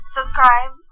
Subscribe